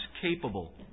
capable